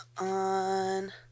on